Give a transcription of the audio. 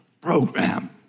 program